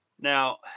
Now